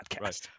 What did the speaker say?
Right